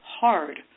hard